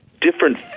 different